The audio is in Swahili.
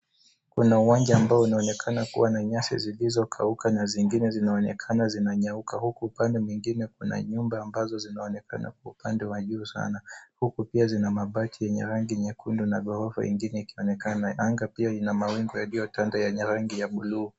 Kuna uwanja ambao unaonekana kuwa na nyasi zilizokauka na zingine zinaonekana zinanyauka huku upande mwingine kuna nyumba ambazo zinaonekana kuwa upande wa juu sana, huku pia zina mabati zenye rangi nyekundu na ghorofa ingine ikionekana. Anga pia ina mawingu yaliyotanda yenye rangi ya buluu.